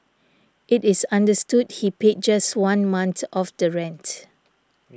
it is understood he paid just one month of the rent